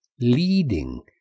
leading